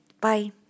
Bye